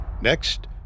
Next